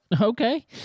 Okay